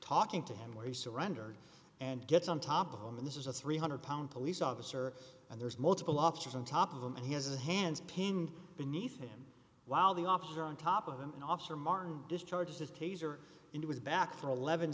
talking to him where he surrendered and gets on top of them and this is a three hundred pound police officer and there's multiple options on top of them and he has his hands pinned beneath him while the officers are on top of him and officer martin discharged his keys are in his back for eleven